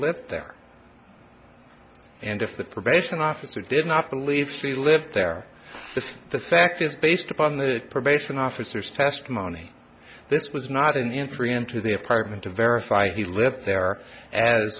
lived there and if the probation officer did not believe she lived there the the fact is based upon the probation officer's testimony this was not in free into the apartment to verify he lived there a